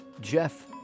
Jeff